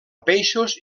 peixos